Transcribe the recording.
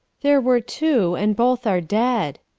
there were two, and both are dead.